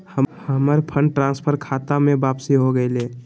हमर fund transfer हमर खता में वापसी हो गेलय